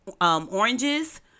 oranges